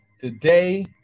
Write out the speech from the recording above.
Today